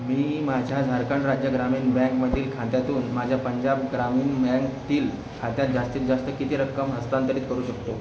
मी माझ्या झारखंड राज्य ग्रामीण बँकमधील खात्यातून माझ्या पंजाब ग्रामीण बँकेतील खात्यात जास्तीत जास्त किती रक्कम हस्तांतरित करू शकतो